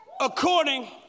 according